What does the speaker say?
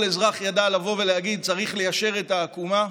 כל אזרח ידע לבוא ולהגיד: צריך ליישר את העקומה,